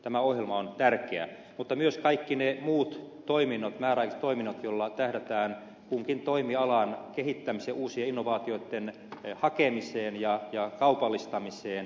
tämä ohjelma on tärkeä mutta tärkeitä ovat myös kaikki ne muut määräaikaiset toiminnot joilla tähdätään kunkin toimialan kehittämiseen ja uusien innovaatioitten hakemiseen ja kaupallistamiseen